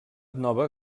nova